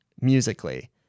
musically